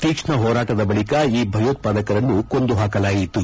ತೀಕ್ಷ್ಣ ಹೋರಾಟದ ಬಳಿಕ ಈ ಭಯೋತ್ಪಾದಕರನ್ನು ಕೊಂದು ಹಾಕಲಾಯಿತು